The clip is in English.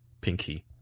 pinky